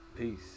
Peace